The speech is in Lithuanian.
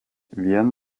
vien